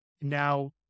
now